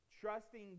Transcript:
trusting